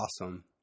awesome